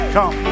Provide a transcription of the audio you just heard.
Come